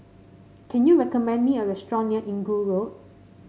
can you recommend me a restaurant near Inggu Road